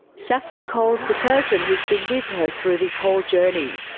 saffron calls the person who's been with her through this whole journey,